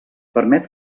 permet